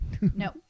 No